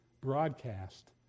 broadcast